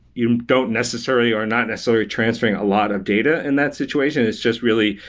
you don't necessarily or not necessarily transferring a lot of data in that situation. it's just really,